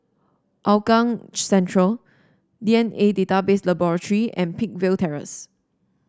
Hougang Central D N A Database Laboratory and Peakville Terrace